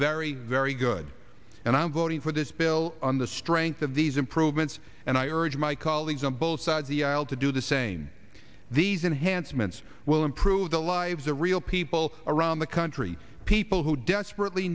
very very good and i'm voting for this bill on the strength of these improvements and i urge my colleagues on both sides the aisle to do the same these enhancements will improve the lives of real people around the country people who desperately